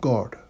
God